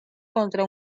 contra